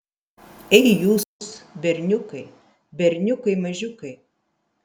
ei jūs berniukai berniukai mažiukai